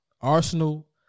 Arsenal